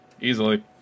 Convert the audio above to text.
Easily